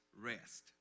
rest